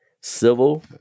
Civil